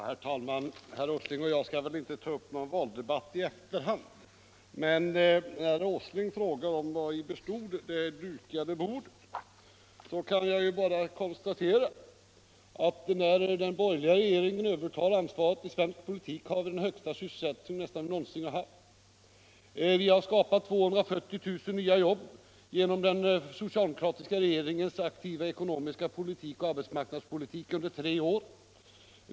Herr talman! Herr Åsling och jag skall väl inte ta upp någon valdebatt i efterhand. När herr Åsling frågar vari det dukade bordet består kan jag bara konstatera att då den borgerliga regeringen övertog ansvaret i svensk politik hade vi den högsta sysselsättningen vi någonsin haft. Vi har skapat 240 000 nya jobb genom den socialdemokratiska regeringens aktiva ekonomiska politik och aktiva arbetsmarknadspolitik under tre år.